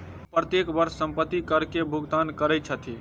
ओ प्रत्येक वर्ष संपत्ति कर के भुगतान करै छथि